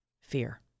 Fear